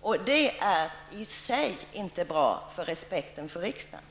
och det är i sig inte bra för respekten för riksdagen.